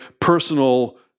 personal